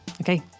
Okay